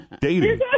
dating